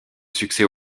succès